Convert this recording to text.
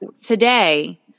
today